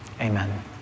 Amen